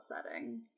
upsetting